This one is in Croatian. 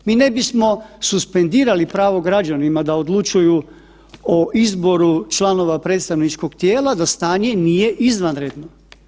Mi ne bismo suspendirali pravo građanima da odlučuju o izboru članova predstavničkog tijela da stanje nije izvanredno.